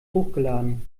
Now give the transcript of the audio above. hochgeladen